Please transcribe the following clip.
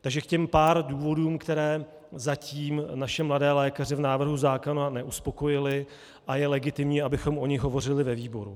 Takže k těm pár důvodům, které zatím naše mladé lékaře v návrhu zákona neuspokojily, a je legitimní, abychom o nich hovořili ve výboru.